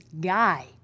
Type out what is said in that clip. guy